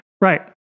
Right